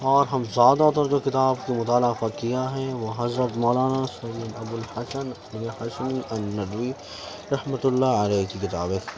اور ہم زیادہ تر جو کتاب کا مطالعہ کیا ہے وہ حضرت مولانا سید ابوالحسن الحسنی الندوی رحمتہ اللہ علیہ کی کتابیں ہیں